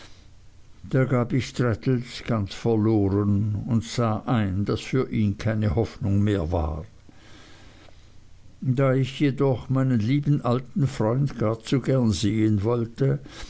da gab ich traddles ganz verloren und sah ein daß für ihn keine hoffnung mehr war da ich jedoch meinen lieben alten freund gar zu gern sehen wollte